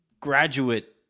graduate